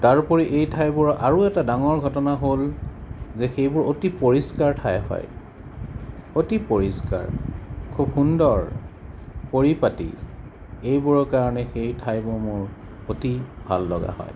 তাৰোপৰি এই ঠাইবোৰৰ আৰু এটা ডাঙৰ ঘটনা হ'ল যে সেইবোৰ অতি পৰিস্কাৰ ঠাই হয় অতি পৰিস্কাৰ খুব সুন্দৰ পৰিপাতি এইবোৰৰ কাৰণে সেই ঠাইবোৰ মোৰ অতি ভাল লগা হয়